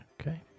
Okay